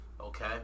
Okay